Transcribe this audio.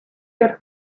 your